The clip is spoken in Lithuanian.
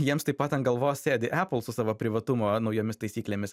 jiems taip pat ant galvos sėdi epol su savo privatumo naujomis taisyklėmis